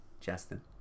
Justin